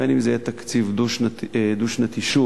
בין אם זה יהיה תקציב דו-שנתי שוב,